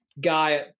guy